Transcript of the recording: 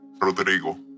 Rodrigo